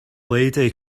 lady